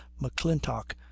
McClintock